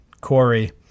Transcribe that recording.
Corey